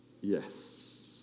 yes